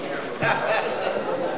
נתקבלה.